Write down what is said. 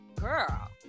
girl